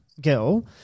girl